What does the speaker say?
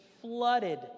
flooded